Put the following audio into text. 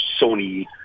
Sony